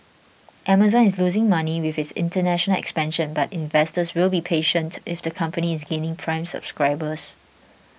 Amazon is losing money with its international expansion but investors will be patient if the company is gaining prime subscribers